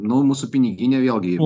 nu mūsų piniginė vėlgi